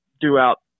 throughout